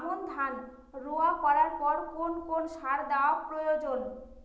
আমন ধান রোয়া করার পর কোন কোন সার দেওয়া প্রয়োজন?